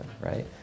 right